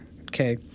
okay